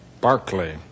Barclay